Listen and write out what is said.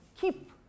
keep